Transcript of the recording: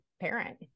parent